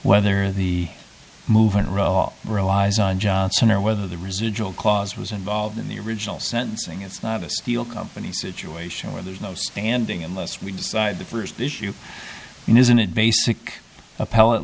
whether the movement wrote all relies on johnson or whether the residual clause was involved in the original sentencing it's not a steel company situation where there's no standing unless we decide the first issue isn't it basic appell